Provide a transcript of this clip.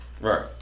Right